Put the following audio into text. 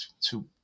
two